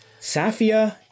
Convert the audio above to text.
Safia